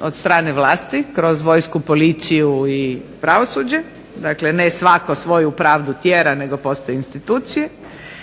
od strane vlasti kroz vojsku, policiju i pravosuđe. Dakle, ne svatko svoju pravdu tjera nego postoje institucije.